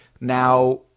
now